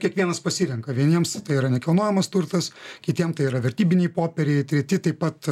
kiekvienas pasirenka vieniems tai yra nekilnojamas turtas kitiem tai yra vertybiniai popieriai treti taip pat